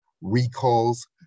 recalls